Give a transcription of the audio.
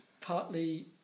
partly